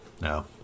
No